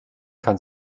kann